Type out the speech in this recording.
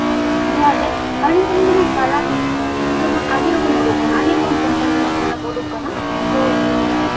ᱡᱚᱦᱟᱨᱜᱮ ᱟᱹᱞᱤᱧ ᱫᱚᱞᱤᱧ ᱢᱮᱱᱟ ᱥᱟᱨᱟᱯᱷ ᱡᱮᱢᱚᱱ ᱟᱹᱰᱤ ᱨᱚᱠᱚᱢ ᱩᱰᱩᱠ ᱟᱠᱟᱱᱟ ᱟᱹᱰᱤ ᱨᱚᱠᱚᱢ ᱠᱳᱢᱯᱟᱱᱤ ᱨᱮᱱᱟᱜ ᱥᱟᱨᱟᱯᱷ ᱩᱰᱩᱠ ᱟᱠᱟᱱᱟ ᱛᱳ